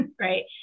right